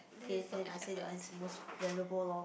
okay then I say that one is the most valuable loh